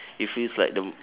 it feels like the